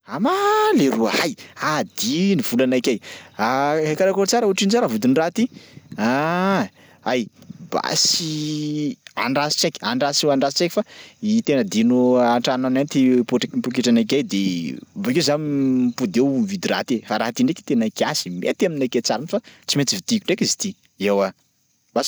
Ama leroa, hay! Adino volanakay karakôry tsara otrino tsara vidin'ny raha ty? Aah, ay basy andraso tsaiky andraso andraso tsaiky fa i tena adino an-tranoanay ty potr- poketranakay de bakeo za mipody eo mividy raha ty fa raha ty ndraiky tena kiasy mety aminakay tsara fa tsy maintsy vidiko ndreky izy ty eoa basy.